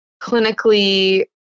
clinically